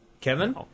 Kevin